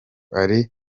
ali